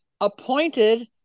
appointed